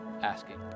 asking